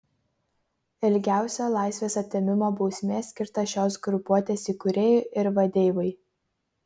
ilgiausia laisvės atėmimo bausmė skirta šios grupuotės įkūrėjui ir vadeivai